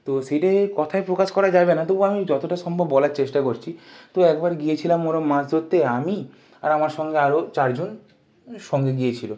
তো সেইটাই কথায় প্রকাশ করা যাবে না তবু আমি যতটা সম্ভব বলার চেষ্টা করছি তো একবার গিয়েছিলাম ওরম মাস ধত্তে আমি আর আমার সঙ্গে আরো চারজন সঙ্গে গিয়েছিলো